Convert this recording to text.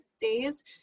days